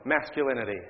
masculinity